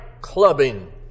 clubbing